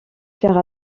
faire